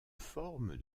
forme